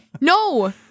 No